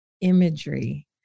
imagery